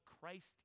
Christ